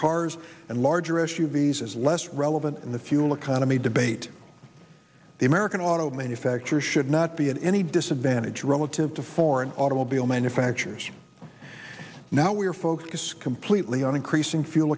cars and larger s u v s as less relevant in the fuel economy debate the american auto manufacturers should not be in any disadvantage relative to foreign automobile manufacturers now we are focused completely on increasing fuel